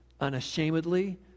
unashamedly